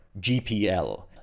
GPL